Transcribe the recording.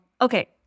okay